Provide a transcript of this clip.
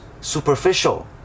superficial